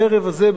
הערב הזה,